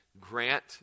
grant